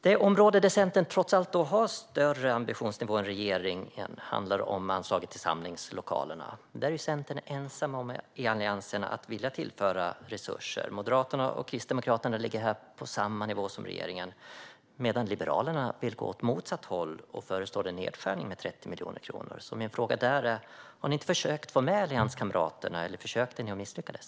Det område där Centern trots allt har högre ambitionsnivå än regeringen handlar om anslaget till samlingslokaler. Där är Centern ensam i Alliansen om att vilja tillföra resurser. Moderaterna och Kristdemokraterna ligger på samma nivå som regeringen, medan Liberalerna vill gå åt motsatt håll och föreslår en nedskärning med 30 miljoner kronor. Min fråga är: Har ni inte försökt få med er allianskamraterna, eller försökte ni och misslyckades?